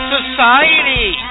Society